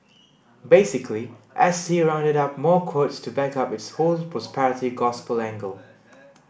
basically S T rounded up more quotes to back up its whole prosperity gospel angle